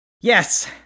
Yes